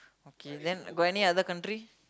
okay then got any other country